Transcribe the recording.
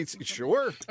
Sure